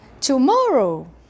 Tomorrow